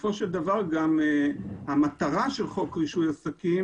בסופו של דבר המטרה של חוק רישוי עסקים